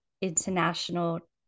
international